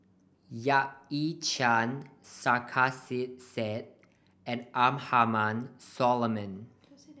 Yap Ee Chian Sarkasi Said and Abraham Solomon